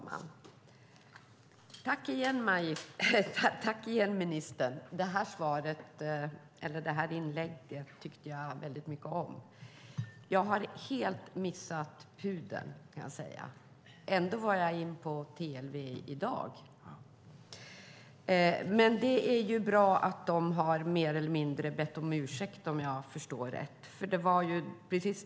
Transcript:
Fru talman! Jag tackar ministern även för detta inlägg. Det tyckte jag mycket om. Jag hade helt missat pudeln, kan jag säga. Ändå var jag inne på TLV:s hemsida i dag. Men det är bra att de mer eller mindre har bett om ursäkt, om jag förstår det rätt.